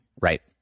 Right